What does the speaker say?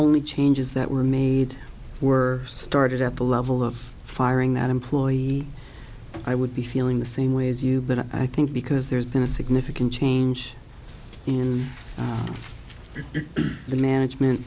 only changes that were made were started at the level of firing that employee i would be feeling the same way as you but i think because there's been a significant change in the management